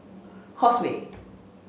Causeway